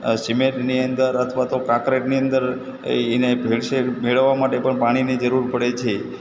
અ સીમેન્ટની અંદર અથવા તો કોંક્રિટની અંદર એને ભેળસેળ મેળવવા માટે પણ પાણીની જરૂર પડે છે